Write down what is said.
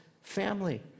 family